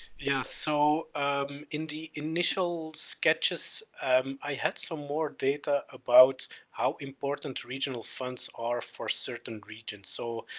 yeah so um in the initial sketches i had some more data about how important regional funds are for certain regions. so,